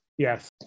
Yes